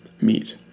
meet